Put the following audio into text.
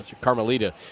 Carmelita